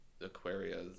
Aquarius